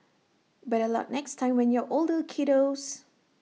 better luck next time when you're older kiddos